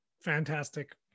Fantastic